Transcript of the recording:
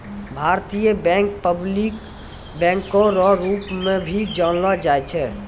भारतीय bank public बैंको रो रूप मे भी जानलो जाय छै